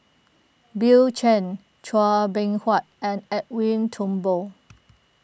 Bill Chen Chua Beng Huat and Edwin Thumboo